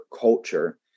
culture